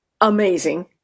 amazing